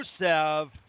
Rusev